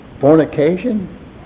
fornication